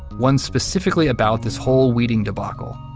one specifically about this whole weeding debacle.